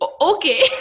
Okay